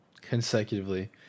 consecutively